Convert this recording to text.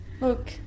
look